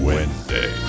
Wednesday